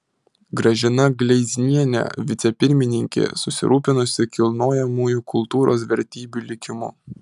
gražina gleiznienė vicepirmininkė susirūpinusi kilnojamųjų kultūros vertybių likimu